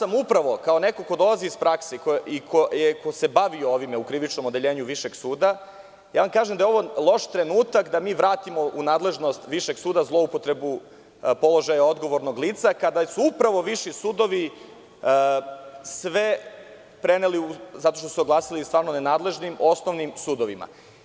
Dakle, upravo kao neko ko dolazi iz prakse i ko se bavi ovim u krivičnom odeljenju Višeg suda, kažem vam da je ovo loš trenutak da mi vratimo u nadležnost višeg suda, zloupotrebu položaja odgovornog lica, kada su upravo viši sudovi sve preneli zato što su se oglasili zaista nenadležnim osnovnim sudovima.